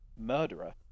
murderer